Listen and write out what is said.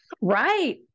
Right